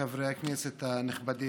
חברי הכנסת הנכבדים,